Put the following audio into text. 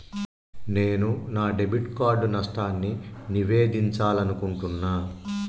నేను నా debit card నష్టాన్ని నివేదించాలనుకుంటున్నా